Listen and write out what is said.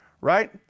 right